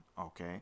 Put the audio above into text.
okay